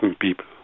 people